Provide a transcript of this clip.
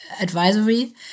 advisory